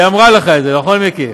היא אמרה לך את זה, נכון, מיקי?